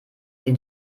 den